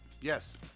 Yes